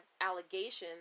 allegations